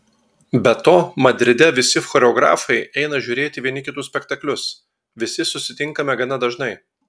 be to madride visi choreografai eina žiūrėti vieni kitų spektaklius visi susitinkame gana dažnai